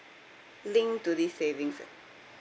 link to this savings ah